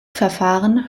verfahren